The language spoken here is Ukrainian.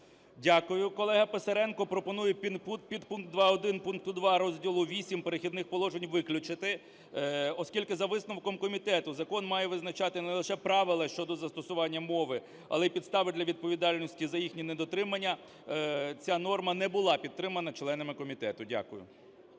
Дякую, колега Писаренко. Пропоную підпункт 2.1 пункту 2 розділу VIII "Перехідних положень" виключити, оскільки за висновком комітету закон має визначати не лише правила щодо застосування мови, але і підстави для відповідальності за їхнє недотримання. Ця норма не була підтримана членами комітету. Дякую.